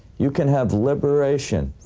you can have liberation,